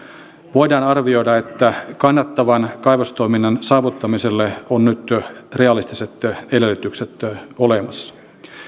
voidaan arvioida että kannattavan kaivostoiminnan saavuttamiselle on nyt realistiset edellytykset olemassa